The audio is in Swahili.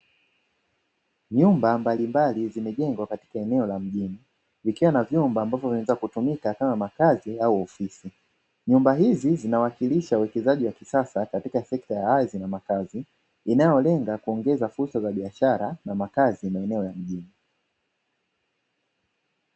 Nyumba mbalimbali zimejengwa katika eneo la mjini zikiwa na vyumba ambavyo vinaweza kutumika kama makazi au ofisi nyumba hizi zinawakilisha uwekezaji wa kisasa wa ardhi na makazi unaolenga kuongeza fursa za biashara na makazi maeneo ya mjini.